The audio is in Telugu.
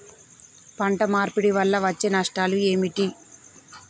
పంట మార్పిడి వల్ల వచ్చే నష్టాలు ఏమిటి?